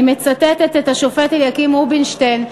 אני מצטטת את השופט אליקים רובינשטיין,